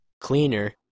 cleaner